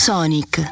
Sonic